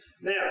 Now